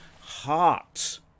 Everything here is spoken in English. heart